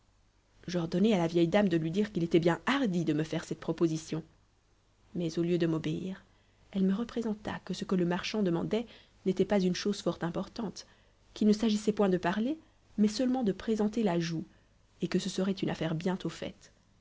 j'ordonnai à la vieille de lui dire qu'il était bien hardi de me faire cette proposition mais au lieu de m'obéir elle me représenta que ce que le marchand demandait n'était pas une chose fort importante qu'il ne s'agissait point de parler mais seulement de présenter la joue et que ce serait une affaire bientôt faite